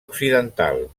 occidental